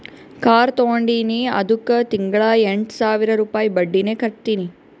car ತಗೊಂಡಿನಿ ಅದ್ದುಕ್ ತಿಂಗಳಾ ಎಂಟ್ ಸಾವಿರ ರುಪಾಯಿ ಬಡ್ಡಿನೆ ಕಟ್ಟತಿನಿ